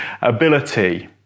ability